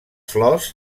flors